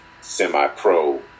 semi-pro